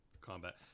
combat